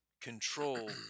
control